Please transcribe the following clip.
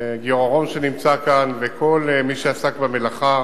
לגיורא רום שנמצא כאן ולכל מי שעסק במלאכה.